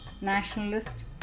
nationalist